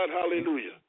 hallelujah